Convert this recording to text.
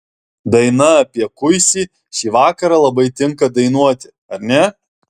daina apie kuisį šį vakarą labai tinka dainuoti ar ne